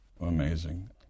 Amazing